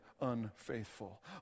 unfaithful